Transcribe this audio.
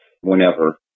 whenever